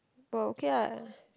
oh okay lah